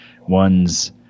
one's